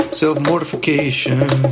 self-mortification